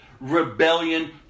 rebellion